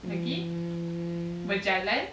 mm